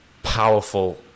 powerful